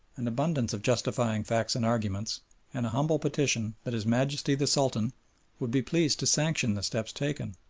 an abundance of justifying facts and arguments, and an humble petition that his majesty the sultan would be pleased to sanction the steps taken,